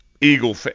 Eagle